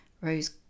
Rose